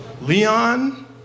Leon